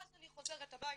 ואז אני חוזרת הביתה,